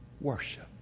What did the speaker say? worship